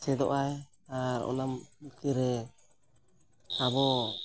ᱮᱸᱥᱮᱫᱚᱜᱼᱟᱭ ᱟᱨ ᱚᱱᱟᱢ ᱛᱤᱨᱮ ᱟᱵᱚ